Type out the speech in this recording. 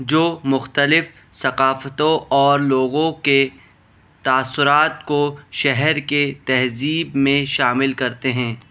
جو مختلف ثقافتوں اور لوگوں کے تاثرات کو شہر کے تہذیب میں شامل کرتے ہیں